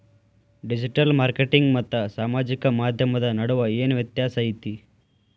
digital marketing ಮತ್ತ ಸಾಮಾಜಿಕ ಮಾಧ್ಯಮದ ನಡುವ ಏನ್ ವ್ಯತ್ಯಾಸ ಐತಿ